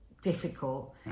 difficult